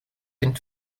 den